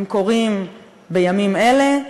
הם קורים בימים אלה.